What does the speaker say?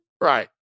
Right